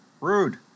rude